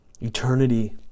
eternity